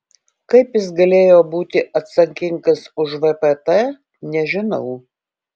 kaip jis galėjo būti atsakingas už vpt nežinau